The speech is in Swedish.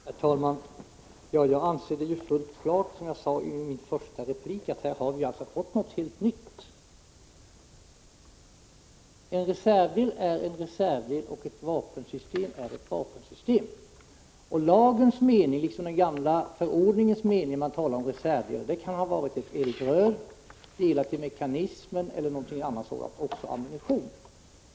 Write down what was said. Herr talman! Jag anser det fullt klart — som jag sade i min första replik — att Krigsmaterielexportvi här har fått något helt nytt. En reservdel är en reservdel, och ett = frågor vapensystem är ett vapensystem. När man talar om ”reservdel” i lagens mening — liksom i den gamla förordningens mening — kan det gälla ett eldrör, delar av en mekanism eller något sådant, liksom också ammunition.